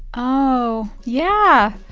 oh, yeah.